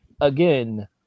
again